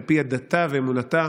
על פי דתה ואמונתה,